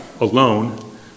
alone